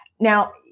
Now